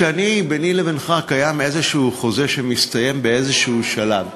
כשביני ובינך קיים חוזה כלשהו שמסתיים בשלב כלשהו,